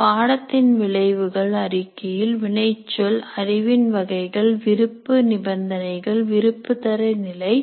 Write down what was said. பாடத்தின் விளைவுகள் அறிக்கையில் வினைச்சொல் அறிவின் வகைகள் விருப்பு நிபந்தனைகள் விருப்பு தர நிலை